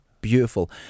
Beautiful